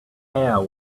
care